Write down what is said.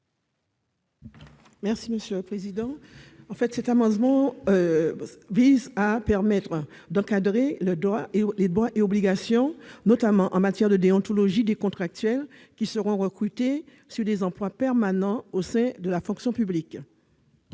Mme Victoire Jasmin. Il s'agit par cet amendement d'encadrer les droits et obligations, notamment en matière de déontologie, des contractuels qui seront recrutés sur des emplois permanents au sein de la fonction publique.